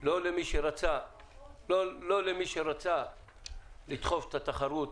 לא למי שרצה לדחוף את התחרות,